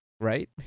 Right